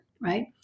right